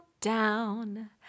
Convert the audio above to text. down